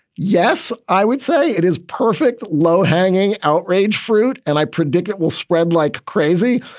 yes, i would say it is perfect. low hanging outrage, fruit. and i predict it will spread like crazy,